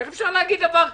איך אפשר להגיד דבר כזה?